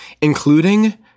including